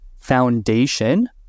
foundation